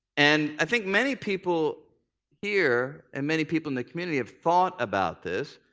and i think many people here and many people in the community have thought about this.